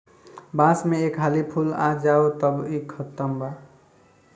बांस में एक हाली फूल आ जाओ तब इ खतम बा